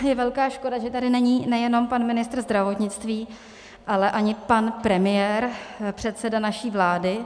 Je velká škoda, že tady není nejenom pan ministr zdravotnictví, ale ani pan premiér, předseda naší vlády.